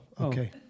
okay